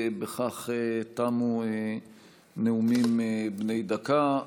בכך תמו הנאומים בני דקה.